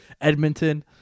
Edmonton